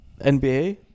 NBA